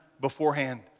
beforehand